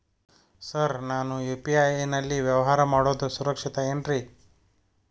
Sir ನಾನು UPI ನಲ್ಲಿ ವ್ಯವಹಾರ ಮಾಡೋದು ಸುರಕ್ಷಿತ ಏನ್ರಿ?